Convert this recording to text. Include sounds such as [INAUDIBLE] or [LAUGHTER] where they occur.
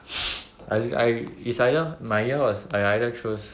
[NOISE] I I is either my year was like I either choose